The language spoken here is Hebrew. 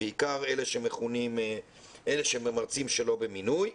בעיקר אלה שמרצים שלא במינוי,